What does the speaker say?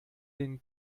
den